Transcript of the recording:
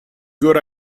good